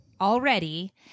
already